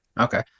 okay